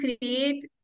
create